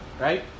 right